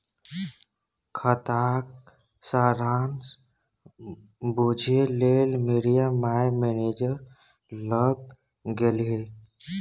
खाताक सारांश बुझय लेल मिरिया माय मैनेजर लग गेलीह